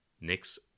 Next